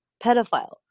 pedophile